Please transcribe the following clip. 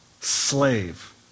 slave